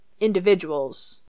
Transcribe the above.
individuals